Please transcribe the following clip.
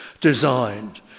designed